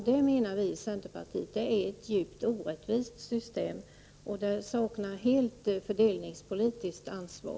Det, menar vi i centerpartiet, är ett djupt orättvist system som helt saknar fördelningspolitiskt ansvar.